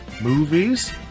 movies